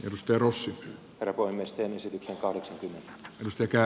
jos perus karkoimiesten esityksen kahdeksankymmentä sekä